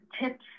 tips